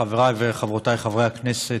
חבריי וחברותיי חברי הכנסת,